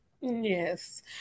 yes